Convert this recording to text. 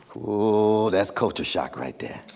oh that's culture shock right there.